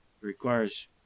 requires